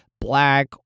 black